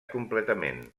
completament